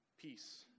peace